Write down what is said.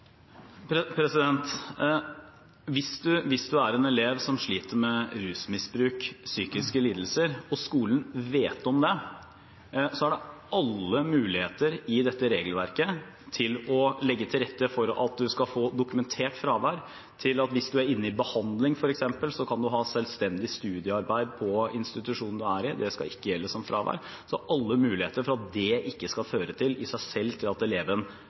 psykiske lidelser og skolen vet om det, er det alle muligheter i dette regelverket til å legge til rette for at man skal få dokumentert fravær, og til at man, hvis man f.eks. er inne i behandling, kan ha selvstendig studiearbeid på institusjonen man er på. Dette skal ikke gjelde som fravær. Det er alle muligheter for at det ikke i seg selv skal føre til at eleven